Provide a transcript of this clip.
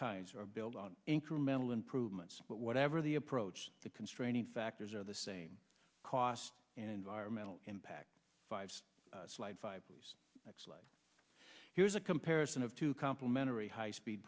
kinds are built on incremental improvements but whatever the approach the constraining factors are the same cost and environmental impact five slight five please explain here's a comparison of two complimentary high speed